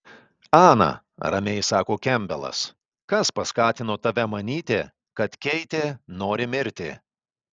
ana ramiai sako kempbelas kas paskatino tave manyti kad keitė nori mirti